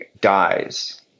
dies